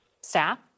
Staff